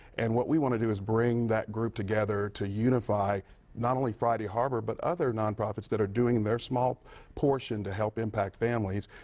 and what we want to do is bring that group together to unify not only friday harbor, but other nonprofits that are doing their small portion to help impact families,